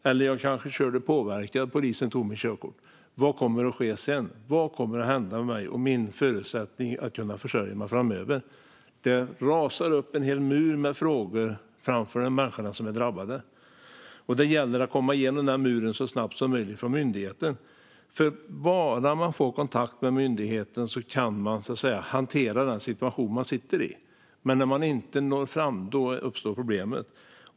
Eller jag kanske körde påverkad, och polisen tog mitt körkort. Vad kommer att ske sedan? Vad kommer att hända med mig och min förutsättning att försörja mig framöver? En hel mur av frågor radar upp sig framför de människor som är drabbade. Det gäller att komma igenom den muren så snabbt som möjligt och få kontakt med myndigheten. Får man bara kontakt med myndigheten kan man så att säga hantera den situation man sitter i. Men när man inte når fram uppstår problem.